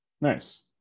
Nice